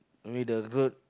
maybe the road